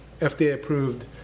FDA-approved